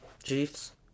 Chiefs